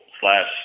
slash